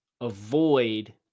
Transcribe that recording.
avoid